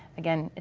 again,